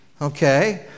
Okay